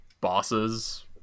bosses